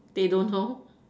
they don't know